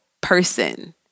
person